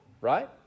right